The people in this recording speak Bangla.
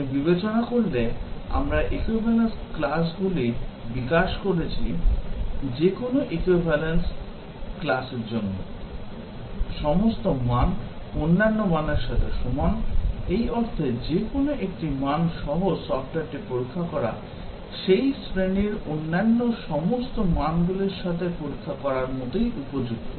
আপনি বিবেচনা করলে আমরা equivalence class গুলি বিকাশ করেছি যে কোনও equivalence class র জন্য সমস্ত মান অন্যান্য মানের সাথে সমান এই অর্থে যে কোনও একটি মান সহ সফ্টওয়্যারটি পরীক্ষা করা সেই শ্রেণীর অন্যান্য সমস্ত মানগুলির সাথে পরীক্ষা করার মতোই উপযুক্ত